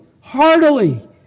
heartily